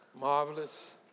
Marvelous